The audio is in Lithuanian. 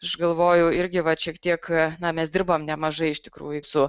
aš galvoju irgi vat šiek tiek na mes dirbam nemažai iš tikrųjų su